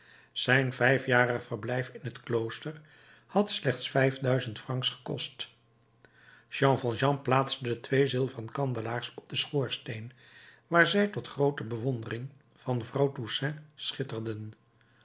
zijn vijfjarig verblijf in het klooster had slechts vijf duizend francs gekost jean valjean plaatste de twee zilveren kandelaars op den schoorsteen waar zij tot groote bewondering van vrouw toussaint schitterden